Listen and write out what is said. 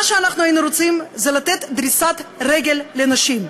מה שאנחנו היינו רוצים זה לתת דריסת רגל לנשים,